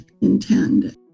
intend